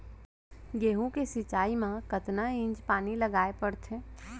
गेहूँ के सिंचाई मा कतना इंच पानी लगाए पड़थे?